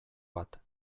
bat